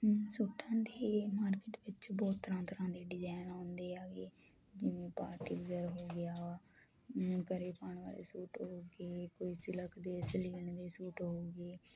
ਸੂਟਾਂ ਦੇ ਮਾਰਕਿਟ ਵਿੱਚ ਬਹੁਤ ਤਰਾਂ ਤਰਾਂ ਦੇ ਡਿਜਾਇਨ ਆਉਂਦੇ ਆਗੇ ਜਿਵੇਂ ਪਾਰਟੀ ਵਗੈਰਾ ਹੋ ਗਿਆ ਘਰੇ ਪਾਣ ਵਾਲੇ ਸੂਟ ਹੋਗੇ ਕੋਈ ਸਿਲਕ ਦੇ ਸਲੀਨ ਵੀ ਸੂਟ ਹੋਊਗੇ